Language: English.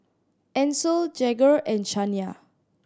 Ancel Jagger and Shania